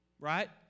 Right